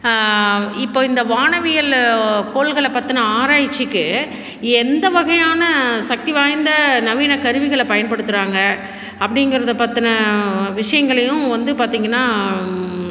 இப்போது இந்த வானவியல் கோள்களை பற்றின ஆராய்ச்சிக்கு எந்த வகையான சக்தி வாய்ந்த நவீன கருவிகளை பயன்படுத்தறாங்க அப்படிங்கறத பற்றின விஷயங்களையும் வந்து பார்த்திங்கன்னா